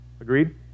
Agreed